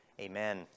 Amen